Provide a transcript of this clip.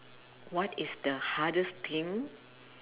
what is the hardest thing